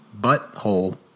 butthole